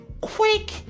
quick